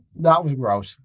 that was gross.